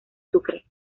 sucre